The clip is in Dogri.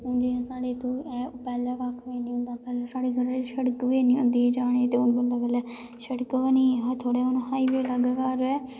हून जियां साढ़े इत्थें पैह्लें कक्ख बी निं होंदा हा पैहलें साढ़े घरै सड़क गै निं होंदी ही जाने गी ते हून बल्लें बल्लें सड़क बनी गेई ऐ हून थोह्ड़े हाईवे लाग्गै घर ऐ